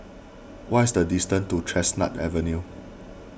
what is the distance to Chestnut Avenue